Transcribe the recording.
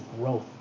growth